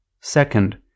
Second